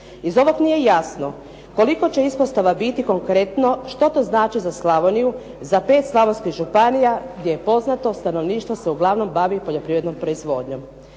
Iz ovog nije jasno koliko će ispostava biti konkretno? Što to znači za Slavoniju, za pet slavonskih županija gdje je poznato, stanovništvo se uglavnom bavi poljoprivrednom proizvodnjom?